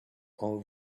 all